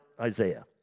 Isaiah